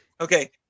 Okay